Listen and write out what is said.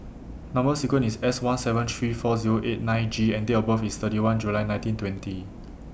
Number sequence IS S one seven three four Zero eight nine G and Date of birth IS thirty one July nineteen twenty